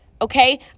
Okay